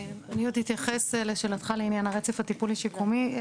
אני עוד אתייחס לשאלתך לעניין הרצף הטיפולי שיקומי.